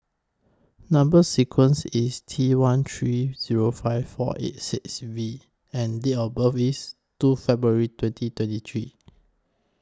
Number sequence IS T one three Zero five four eight six V and Date of birth IS two February twenty twenty three